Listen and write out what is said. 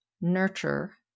nurture